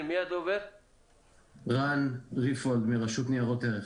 אני מהרשות לניירות ערך.